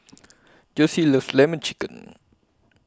Jossie loves Lemon Chicken